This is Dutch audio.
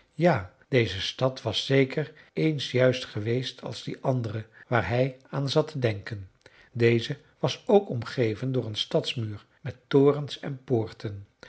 ja deze stad was zeker eens juist geweest als die andere waar hij aan zat te denken deze was ook omgeven door een stadsmuur met torens en poorten